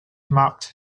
marked